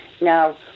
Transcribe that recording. Now